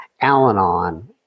Al-Anon